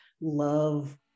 love